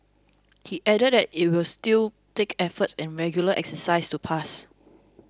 he added that it will still take efforts and regular exercise to pass